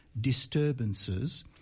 disturbances